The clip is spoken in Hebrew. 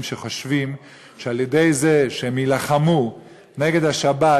שחושבים שעל-ידי זה שהם יילחמו נגד השבת,